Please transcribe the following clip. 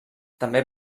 també